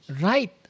right